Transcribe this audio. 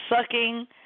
sucking